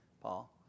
Paul